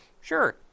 sure